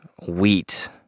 wheat